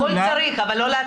הוא לא מוציא את הכסף על עצמו.